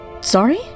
Sorry